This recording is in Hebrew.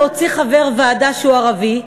להוציא חבר הוועדה שהוא ערבי,